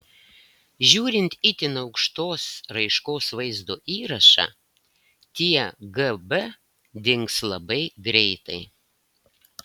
žiūrint itin aukštos raiškos vaizdo įrašą tie gb dings labai greitai